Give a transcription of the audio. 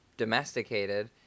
domesticated